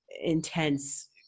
intense